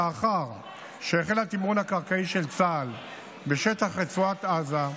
לאחר שהחל התמרון הקרקעי של צה"ל בשטח רצועת עזה,